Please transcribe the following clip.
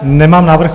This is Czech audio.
Nemám návrh.